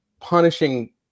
punishing